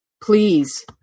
please